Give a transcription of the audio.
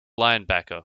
linebacker